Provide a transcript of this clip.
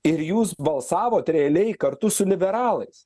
ir jūs balsavot realiai kartu su liberalais